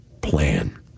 plan